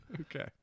Okay